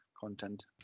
content